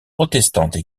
protestantes